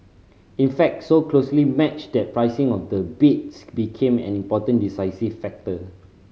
in fact so closely matched that pricing of the bids became an important decisive factor